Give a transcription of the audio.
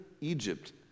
Egypt